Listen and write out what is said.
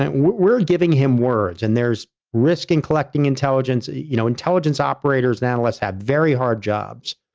and we're giving him words and there's risk and collecting intelligence, you know, intelligence operators. now, analysts have very hard jobs.